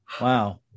Wow